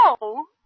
No